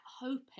hoping